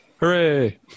Hooray